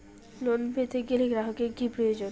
Loan পেতে গেলে গ্রাহকের কি প্রয়োজন?